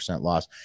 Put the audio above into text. loss